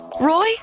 Roy